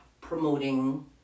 promoting